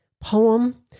poem